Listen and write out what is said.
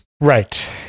Right